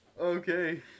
Okay